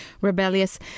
rebellious